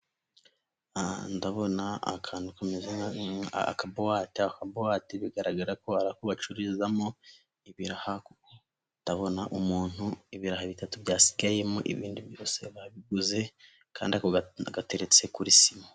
Ndabona akantu kameze nka akabuwate bigaragara ko ari ako bacururizamo ibiraha kuko ndabona umuntu, ibiraha bitatu byasigayemo ibindi byose babiguze kandi ako gateretse kuri sima.